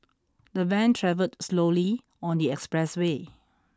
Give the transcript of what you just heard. the van travelled slowly on the express way